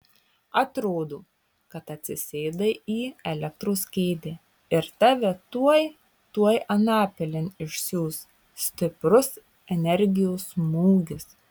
atrodo kad atsisėdai į elektros kėdę ir tave tuoj tuoj anapilin išsiųs stiprus energijos smūgis